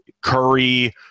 Curry